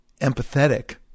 empathetic